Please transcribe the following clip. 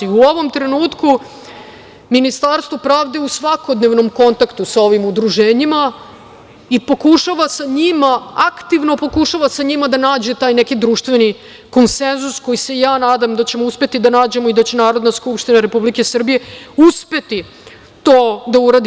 U ovom trenutku Ministarstvo pravde je u svakodnevnom kontaktu sa ovim udruženjima i pokušava sa njima aktivno da nađe taj neki društveni konsenzus koji, nadam se, ćemo uspeti da nađemo i da će Narodna skupština Republike Srbije uspeti to da uradi.